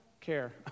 care